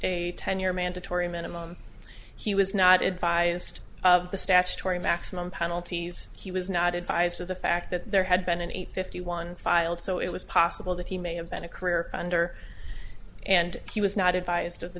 a ten year mandatory minimum he was not advised of the statutory maximum penalties he was not advised of the fact that there had been a fifty one file so it was possible that he may have been a career ender and he was not advised of the